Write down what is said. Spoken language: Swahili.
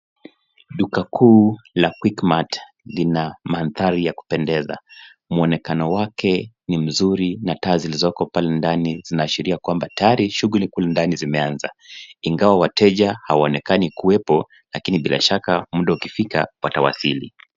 Duka kuu la quickmart lina mandhari ya kupendeza, mwonekano wake ni mzuri na taa zilizooko pale ndani zinaashiria kuwa tayari shughuli kule ndani zimeanza ingawa wateja hawaonekani kuwepo lakini bila shaka muda ukifika watawasiri.